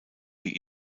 die